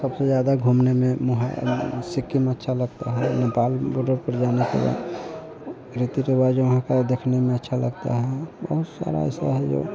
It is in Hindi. सबसे ज़्यादा घूमने में सिक्किम अच्छा लगता है नेपाल बॉर्डर पर जाने के बाद रीति रिवाज वहाँ का देखने में अच्छा लगता है बहुत सारी ऐसी है जो